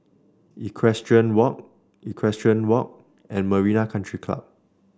Equestrian Walk Equestrian Walk and Marina Country Club